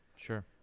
Sure